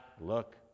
look